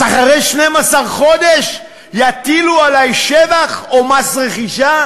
אז אחרי 12 חודש יטילו עלי מס שבח או מס רכישה?